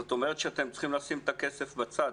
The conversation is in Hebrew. זאת אומרת שאתם צריכים לשים את הכסף בצד,